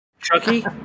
Chucky